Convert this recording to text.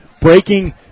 breaking